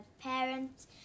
parents